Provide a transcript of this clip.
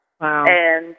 Wow